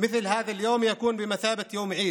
להלן תרגומם: יום כזה אמור להיות יום חג,